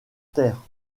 terre